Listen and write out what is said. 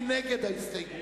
מי נגד ההסתייגות?